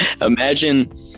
Imagine